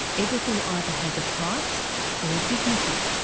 everything ah either has a price or a dignity?